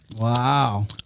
Wow